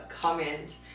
comment